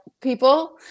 people